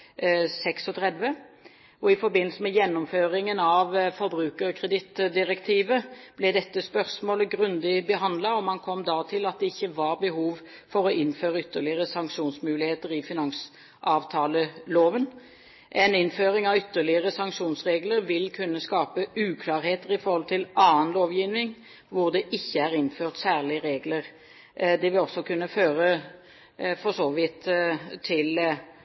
I forbindelse med gjennomføringen av forbrukerkredittdirektivet ble dette spørsmålet grundig behandlet, og man kom da til at det ikke var behov for å innføre ytterligere sanksjonsmuligheter i finansavtaleloven. En innføring av ytterligere sanksjonsregler vil kunne skape uklarheter i forhold til annen lovgivning hvor det ikke er innført særlige regler. Det vil for så vidt også kunne føre